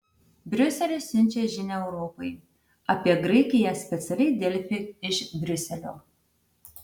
briuselis siunčia žinią europai apie graikiją specialiai delfi iš briuselio